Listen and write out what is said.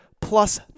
plus